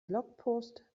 blogpost